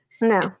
No